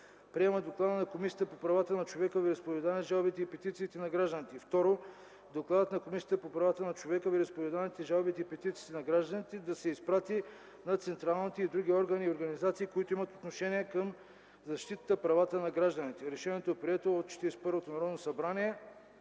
Приема доклада на Комисията по правата на човека, вероизповеданията, жалбите и петициите на гражданите. 2. Докладът на Комисията по правата на човека, вероизповеданията, жалбите и петициите на гражданите да се изпрати на централните и други органи и организации, които имат отношение към защитата правата на гражданите. Решението е прието от Четиридесет и първото Народно събрание,